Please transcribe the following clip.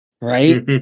right